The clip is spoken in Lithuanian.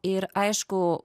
ir aišku